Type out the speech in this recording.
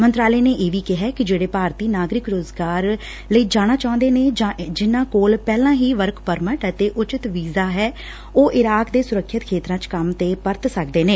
ਮੰਤਰਾਲੇ ਨੇ ਇਹ ਵੀ ਕਿਹੈ ਕਿ ਜਿਹੜੇ ਭਾਰਤੀ ਨਾਗਰਿਕ ਰੁਜ਼ਗਾਰ ਲਈ ਜਾਣਾ ਚਾਹੁੰਦੇ ਨੇ ਜਾਂ ਜਿਨਾਂ ਕੋਲ ਪਹਿਲਾਂ ਹੀ ਵਰਕ ਪਰਮਟ ਅਤੇ ਉਚਿਤ ਵੀਜ਼ਾ ਐ ਉਹ ਇਰਾਕ ਦੇ ਸੁਰੱਖਿਆ ਖੇਤਰਾਂ ਚ ਕੰਮ ਤੇ ਪਰਤ ਸਕਦੇ ਨੇ